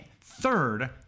third